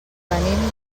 venim